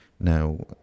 Now